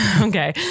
Okay